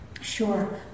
Sure